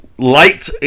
light